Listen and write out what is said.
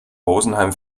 rosenheim